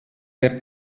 der